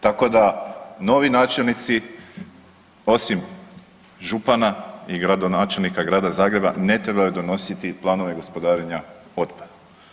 Tako da novi načelnici osim župana i gradonačelnika Grada Zagreba ne trebaju donositi planove gospodarenja otpadom.